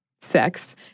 sex